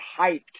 hyped